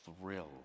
thrill